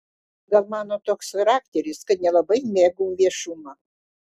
gal mano toks charakteris kad nelabai mėgau viešumą